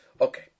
Okay